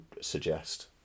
suggest